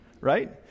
right